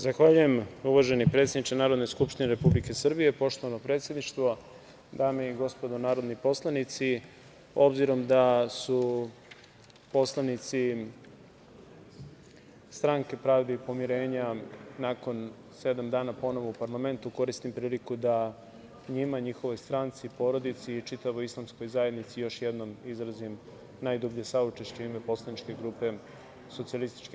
Zahvaljujem uvaženi predsedniče Narodne skupštine Republike Srbije, poštovano predsedništvo, dame i gospodo narodni poslanici, obzirom da su poslanici Stranke pravde i pomirenja, nakon sedam dana, ponovo u parlamentu koristim priliku da njima, njihovoj stranci, porodici i čitavoj Islamskoj zajednici još jednom izrazim najdublje saučešće u ime poslaničke grupe SPS.